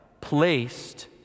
placed